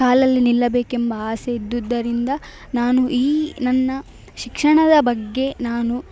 ಕಾಲಲ್ಲಿ ನಿಲ್ಲಬೇಕೆಂಬ ಆಸೆ ಇದ್ದದ್ದರಿಂದ ನಾನು ಈ ನನ್ನ ಶಿಕ್ಷಣದ ಬಗ್ಗೆ ನಾನು